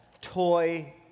toy